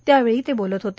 त्यावेळी ते बोलत होते